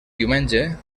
diumenge